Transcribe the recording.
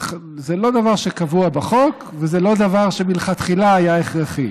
זה לא דבר שקבוע בחוק וזה לא דבר שמלכתחילה היה הכרחי,